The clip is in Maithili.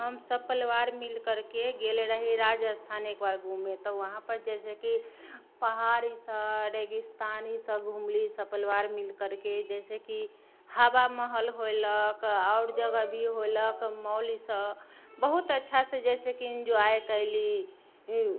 हम सपरिवार मिल कऽ गेल रही राजस्थान एक बार घूमय तऽ वहाँ पर जैसेकि पहाड़ ईसभ रेगिस्तान ईसभ घूमली सपरिवार मिल करि कऽ जैसेकि हवा महल होयलक आओर जगह भी होयलक मॉल ईसभ बहुत अच्छासँ जैसेकि इंजॉय कयली